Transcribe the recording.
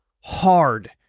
hard